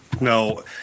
No